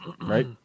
right